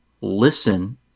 listen